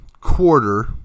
quarter